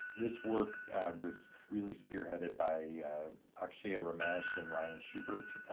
this work was really spearheaded by akshay ah ramesh and ryan schubert,